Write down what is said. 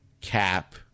cap